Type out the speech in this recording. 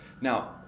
Now